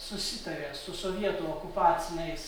susitarė su sovietų okupaciniais